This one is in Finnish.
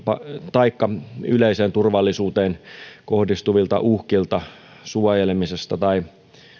taikka yleiseen turvallisuuteen kohdistuvilta uhkilta suojelemisesta tai